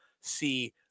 See